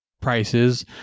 prices